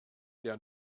der